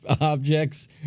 objects